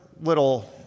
little